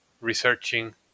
researching